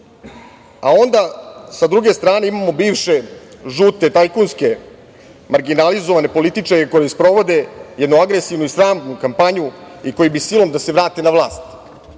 druge strane imamo bivše žute tajkunske marginalizovane političare koji sprovode jednu agresivnu i sramnu kampanju i koji bi silom da se vrate na vlast